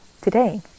today